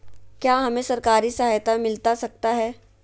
क्या हमे सरकारी सहायता मिलता सकता है?